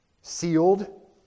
sealed